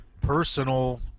personal